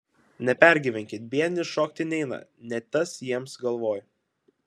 nepergyvenkit biedni šokti neina ne tas jiems galvoj